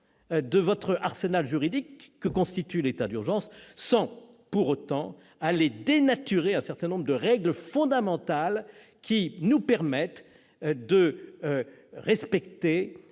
de l'arsenal juridique autorisé par l'état d'urgence, sans pour autant aller jusqu'à dénaturer un certain nombre de règles fondamentales qui nous permettent de respecter